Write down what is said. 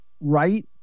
right